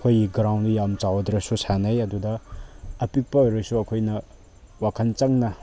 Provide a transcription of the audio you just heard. ꯑꯩꯈꯣꯏꯒꯤ ꯒ꯭ꯔꯥꯎꯟꯗꯣ ꯌꯥꯝ ꯆꯥꯎꯗ꯭ꯔꯁꯨ ꯁꯥꯟꯅꯩ ꯑꯗꯨꯗ ꯑꯃꯤꯛꯄ ꯑꯣꯏꯔꯁꯨ ꯑꯩꯈꯣꯏꯅ ꯋꯥꯈꯜ ꯆꯪꯅ